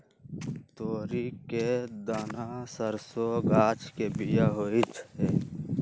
तोरी के दना सरसों गाछ के बिया होइ छइ